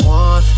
one